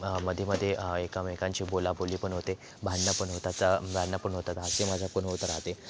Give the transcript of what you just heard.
मधीमध्ये एकामेकाची बोलाबोली पण होते भांडणं पन होतात भांडणं पण होतात हसी मजाक पण होत राहते